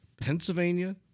Pennsylvania